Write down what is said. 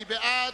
מי בעד?